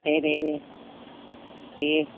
दे दे दे दे